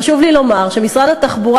חשוב לי לומר שמשרד התחבורה,